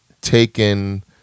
Taken